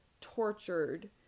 tortured